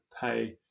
pay